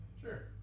Sure